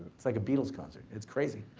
it's like a beatle's concert. it's crazy.